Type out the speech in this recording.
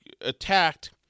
attacked